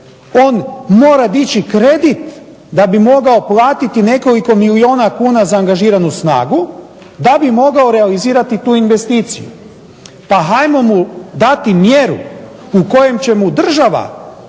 On mora dići kredit da bi mogao platiti nekoliko milijuna kuna za angažiranu snagu da bi mogao realizirati tu investiciju. Pa hajmo mu dati mjeru u kojem će mu država